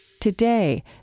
Today